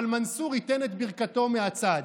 אבל מנסור ייתן את ברכתו מהצד.